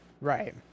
Right